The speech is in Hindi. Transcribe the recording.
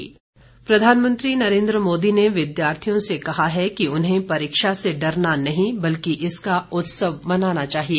पुरीक्षा पे चर्चा प्रधानमंत्री नरेंद्र मोदी ने विद्यार्थियों से कहा है कि उन्हें परीक्षा से डरना नहीं बल्कि इसका उत्सव मनाना चाहिए